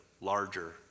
larger